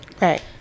Right